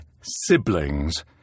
siblings